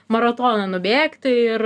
maratoną nubėgti ir